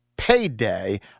Payday